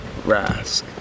rask